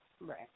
Right